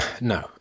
No